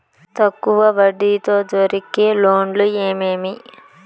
తక్కువ వడ్డీ తో దొరికే లోన్లు ఏమేమి